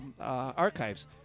archives